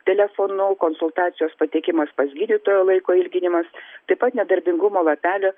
telefonu konsultacijos patekimas pas gydytoją laiko ilginimas taip pat nedarbingumo lapelių